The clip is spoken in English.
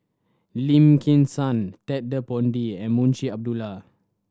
Lim Kim San Ted De Ponti and Munshi Abdullah